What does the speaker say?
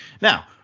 Now